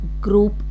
group